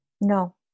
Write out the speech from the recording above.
No